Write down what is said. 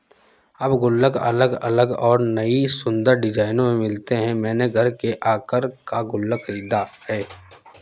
अब गुल्लक अलग अलग और नयी सुन्दर डिज़ाइनों में मिलते हैं मैंने घर के आकर का गुल्लक खरीदा है